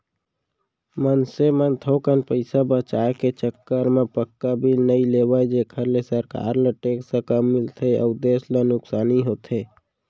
मनसे मन थोकन पइसा बचाय के चक्कर म पक्का बिल नइ लेवय जेखर ले सरकार ल टेक्स कम मिलथे अउ देस ल नुकसानी होथे